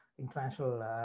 international